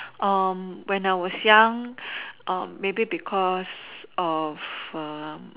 when I was young maybe because of